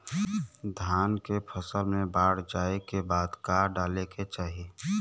धान के फ़सल मे बाढ़ जाऐं के बाद का डाले के चाही?